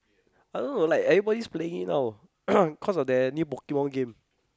I don't know like everybody is playing it now cause of their new pokemon game